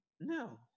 No